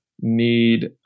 need